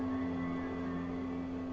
the